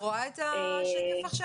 את רואה עכשיו את השקף?